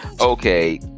Okay